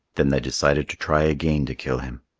then they decided to try again to kill him.